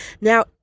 now